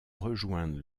rejoindre